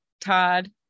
Todd